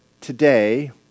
today